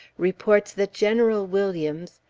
reports that general williams,